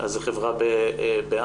אז זו חברה בע"מ.